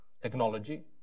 technology